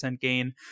gain